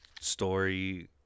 story